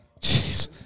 Jeez